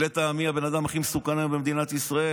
לטעמי היא הבן אדם הכי מסוכן היום במדינת ישראל.